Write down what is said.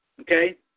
okay